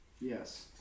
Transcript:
Yes